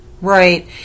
Right